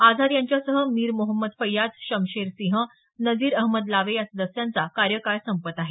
आझाद यांच्यासह मीर मोहम्मद फैयाज शमशेर सिंह नजीर अहमद लावे या सदस्यांना कार्यकाळ संपत आहे